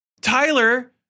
Tyler